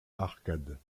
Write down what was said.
arcades